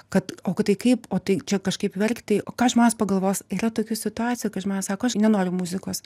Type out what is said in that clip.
kad o tai kaip o tai čia kažkaip verkti o ką žmonės pagalvos yra tokių situacijų kad žmonės sako aš nenoriu muzikos